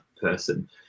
person